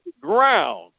ground